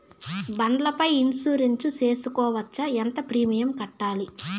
బండ్ల పై ఇన్సూరెన్సు సేసుకోవచ్చా? ఎంత ప్రీమియం కట్టాలి?